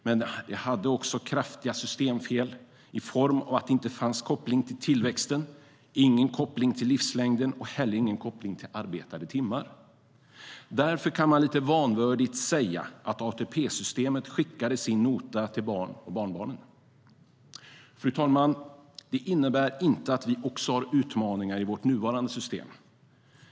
Men det hade också kraftiga systemfel i form av att det inte fanns koppling till tillväxten, ingen koppling till livslängden, och heller ingen koppling till arbetade timmar. Därför kan man lite vanvördigt säga att ATP-systemet skickade sin nota till barn och barnbarn. Fru talman! Det innebär inte att vi inte har utmaningar i vårt nuvarande system.